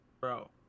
bro